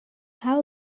how